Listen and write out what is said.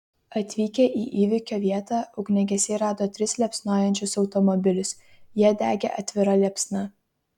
atvykę į įvykio vietą ugniagesiai rado tris liepsnojančius automobilius jie degė atvira liepsna